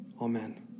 Amen